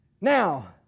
Now